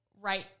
right